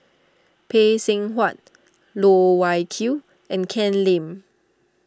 Phay Seng Whatt Loh Wai Kiew and Ken Lim